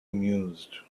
mused